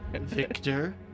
Victor